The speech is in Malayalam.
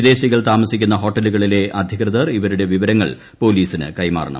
വിദേശികൾ താമസിക്കുന്ന ഹോട്ടലുകളിലെ അധികൃതർ ഇവരുടെ വിവരങ്ങൾ പോലീസിന് കൈമാറണം